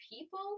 People